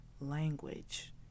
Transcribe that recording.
language